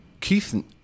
Keith